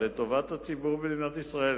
לטובת הציבור במדינת ישראל,